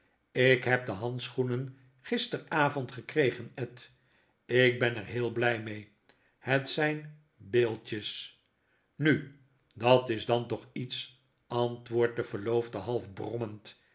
ik heb de handschoehen gisteravond gekregen ed ik ben er heel bly mee het zyn beeldjes nu dat is dan toch iets antwoordt de verloofde half brommend